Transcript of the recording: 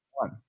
one